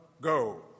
go